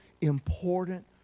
important